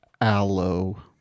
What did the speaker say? Aloe